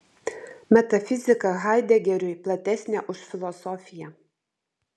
metafizika haidegeriui platesnė už filosofiją